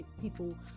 people